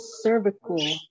cervical